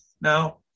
Now